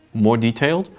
more detailed,